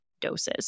doses